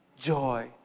joy